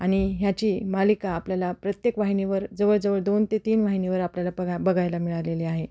आणि ह्याची मालिका आपल्याला प्रत्येक वाहिनीवर जवळजवळ दोन ते तीन वाहिनीवर आपल्याला बघा बघायला मिळालेली आहे